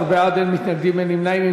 13 בעד, אין מתנגדים, אין נמנעים.